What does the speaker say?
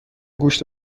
گوشت